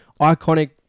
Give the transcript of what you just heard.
iconic